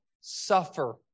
suffer